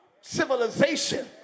civilization